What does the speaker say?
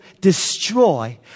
destroy